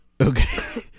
okay